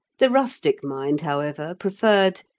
the rustic mind, however, preferred,